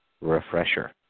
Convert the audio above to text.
Refresher